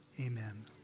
amen